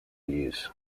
uses